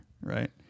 Right